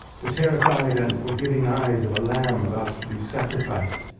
the terrified and forgiving eyes of a lamb about to be sacrificed.